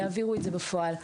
יעבירו את זה בפועל.